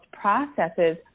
processes